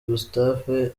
gustave